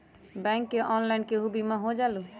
Bank से online केहु बिमा हो जाईलु?